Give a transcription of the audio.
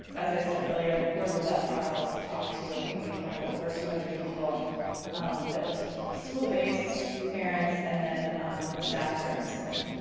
as i said earlier in the course of that process talked to, i think we counted over two hundred people that were school-based, parents, and then um staff here in this building.